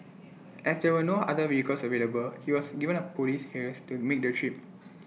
as there were no other vehicles available he was given A Police hearse to make the trip